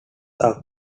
are